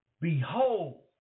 Behold